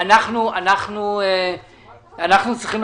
נציגי